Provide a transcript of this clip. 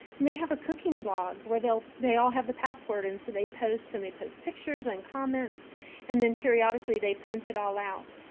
and they have a cooking blog where they they all have the password and so they post and they post pictures and comments and then periodically they print it all out.